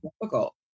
difficult